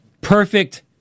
perfect